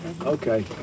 okay